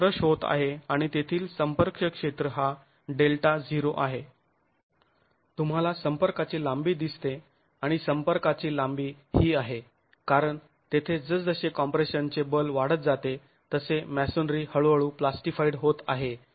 जे क्रश होत आहे आणि तेथील संपर्क क्षेत्र आता Δ0 आहे तुम्हाला संपर्काची लांबी दिसते आणि संपर्काची लांबी ही आहे कारण तेथे जसजसे कॉम्प्रेशनचे बल वाढत जाते तसे मॅसोनरी हळूहळू प्लास्टिफाईड होत आहे